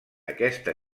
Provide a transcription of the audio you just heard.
aquesta